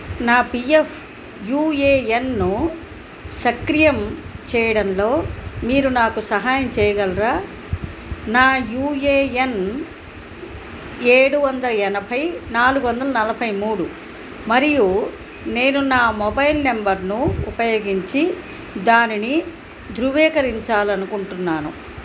నా P F U A ఎన్ను సక్రియం చేయడంలో మీరు నాకు సహాయం చేయగలరా నా యూ ఏ ఎన్ ఏడు వందల ఎనభై నాలుగు వందల నలభై మూడు మరియు నేను నా మొబైల్ నెంబర్ను ఉపయోగించి దానిని ధృవీకరించాలి అనుకుంటున్నాను